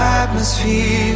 atmosphere